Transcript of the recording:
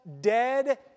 dead